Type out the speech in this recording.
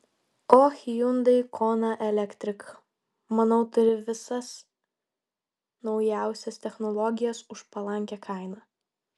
o hyundai kona electric manau turi visas naujausias technologijas už palankią kainą